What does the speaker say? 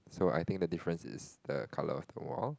so I think the difference is the colour of the wall